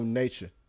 nature